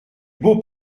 beau